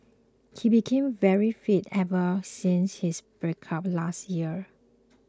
he became very fit ever since his breakup last year